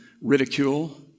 ridicule